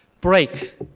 Break